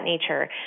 nature